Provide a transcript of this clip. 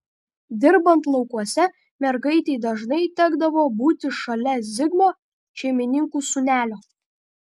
dirbant laukuose mergaitei dažnai tekdavo būti šalia zigmo šeimininkų sūnelio